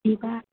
ଯିବା